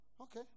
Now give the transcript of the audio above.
Okay